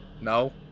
no